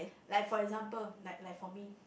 like for example like like for me